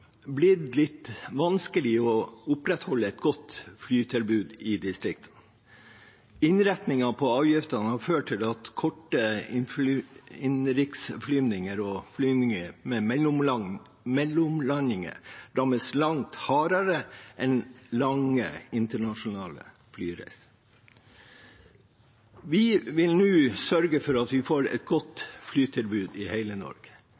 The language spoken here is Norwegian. blitt litt vanskelig å opprettholde et godt flytilbud i distriktene. Innretningen på avgiftene har ført til at korte innenriksflyvninger og flyvninger med mellomlandinger rammes langt hardere enn lange internasjonale flyreiser. Vi vil nå sørge for at vi får et godt flytilbud i hele Norge.